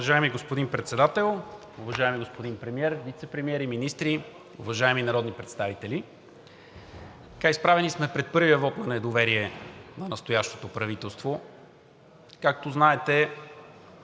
господин Председател, уважаеми господин Премиер, вицепремиери, министри, уважаеми народни представители! Изправени